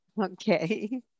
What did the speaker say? Okay